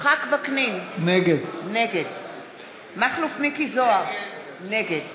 יצחק וקנין, נגד מכלוף מיקי זוהר, נגד